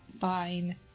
fine